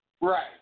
Right